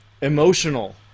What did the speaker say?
emotional